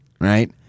right